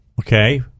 Okay